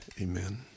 amen